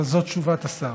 אבל זאת תשובת השר.